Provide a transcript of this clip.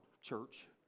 church